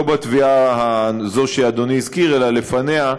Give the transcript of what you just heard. לא בטביעה הזאת שאדוני הזכיר אלא לפניה,